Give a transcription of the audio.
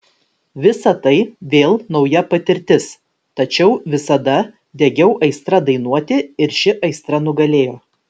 visa tai vėl nauja patirtis tačiau visada degiau aistra dainuoti ir ši aistra nugalėjo